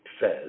says